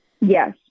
Yes